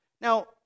Now